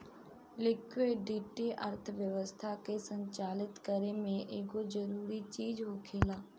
liquidity अर्थव्यवस्था के संचालित करे में एगो जरूरी चीज होखेला